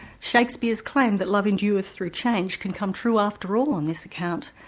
shakespeare's claim that love endures through change, can come true after all on this account,